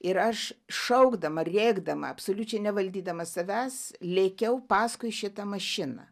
ir aš šaukdama rėkdama absoliučiai nevaldydama savęs lėkiau paskui šitą mašiną